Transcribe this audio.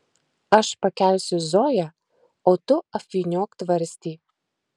aš pakelsiu zoją o tu apvyniok tvarstį